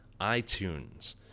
iTunes